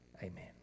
Amen